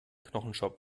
knochenjob